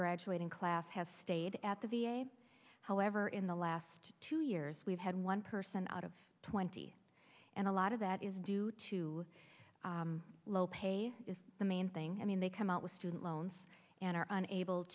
graduating class have stayed at the v a however in the last two years we've had one person out of twenty and a lot of that is due to low pay is the main thing i mean they come out with student loans and are unable